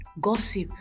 gossip